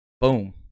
Boom